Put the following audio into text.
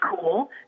cool